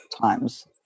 times